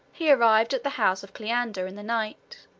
he arrived at the house of cleander in the night.